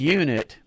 unit